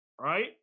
Right